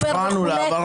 הפרענו לה.